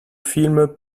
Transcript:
film